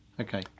Okay